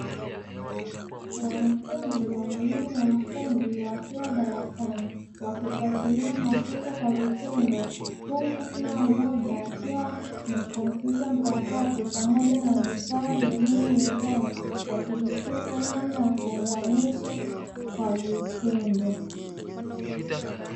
Wanafunzi wa elimu ya ufundi wakiwa darasani wakifuatilia mafunzo kwa vitendo, huku kila mmoja akiwa na kompyuta mpakato pamoja na vifaa vingine mezani wakijifunza namna ya kuunganisha kwa vitendo.